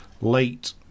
late